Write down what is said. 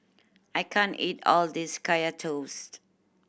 I can't eat all of this Kaya Toast